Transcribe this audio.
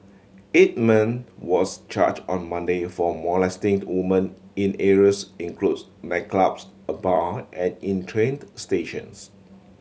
eight men was charge on Monday for molesting the women in areas includes nightclubs a bar on and in trained stations